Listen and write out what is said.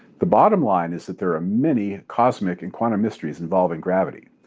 the bottom line is that there are many cosmic and quantum mysteries involving gravity.